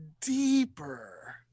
deeper